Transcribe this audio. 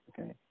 Okay